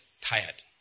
tired